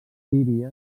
síria